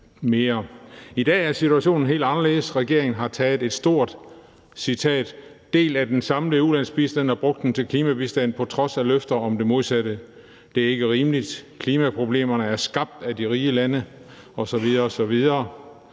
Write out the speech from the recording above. I dag er situationen helt anderledes. Regeringen har taget en stor »del af den samlede ulandsbistand og brugt den til klimabistand på trods af løftet om det modsatte. Det er ikke rimeligt. Klimaproblemerne er skabt af de rige lande« osv. osv.